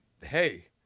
hey